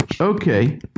Okay